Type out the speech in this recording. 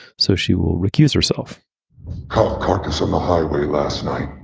so she will recuse herself carcass on the highway last night.